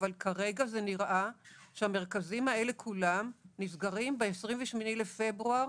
אבל כרגע זה נראה שהמרכזים האלה כולם נסגרים ב-28 בפברואר,